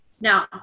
Now